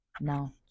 now